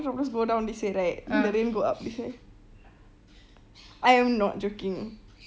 so the water droplets go down this way right but the rain go up this way I am not joking